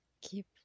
keep